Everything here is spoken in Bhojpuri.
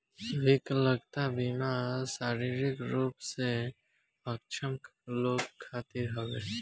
विकलांगता बीमा शारीरिक रूप से अक्षम लोग खातिर हवे